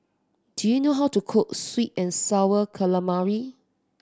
do you know how to cook sweet and Sour Calamari